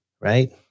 right